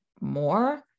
more